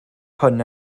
hwn